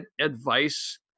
advice